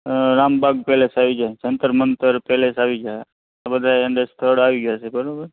Ram Bagh palace આવી જાય Jantar Mantar palace આવી જાય આ બધા એ સ્થળ આવી જશે બરોબર